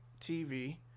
TV